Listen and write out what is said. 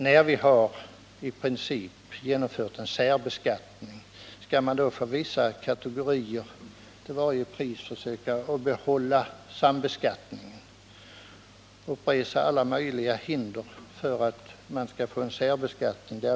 När vi har i princip genomfört en särbeskattning, skall man då för vissa kategorier resa upp alla möjliga hinder och försöka att till varje pris behålla sambeskattningen?